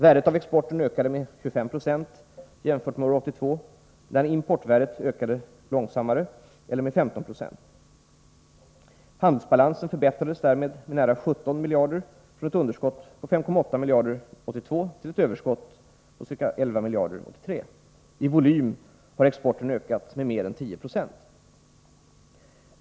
Värdet av exporten ökade med 25 96 jämfört med år 1982, medan importvärdet ökade långsammare — med 15 90. Handelsbalansen förbättrades därmed med nära 17 miljarder kronor från ett underskott på 5,8 miljarder år 1982 till ett överskott på ca 11 miljarder år 1983. I volym har exporten ökat med mer än 10 96.